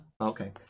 Okay